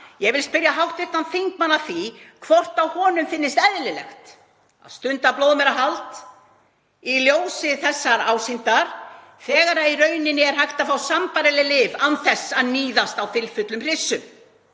Ég vil spyrja hv. þingmann að því hvort honum finnist eðlilegt að stunda blóðmerahald í ljósi þessarar ásýndar þegar í rauninni er hægt að fá sambærileg lyf án þess að níðast á fylfullum hryssum.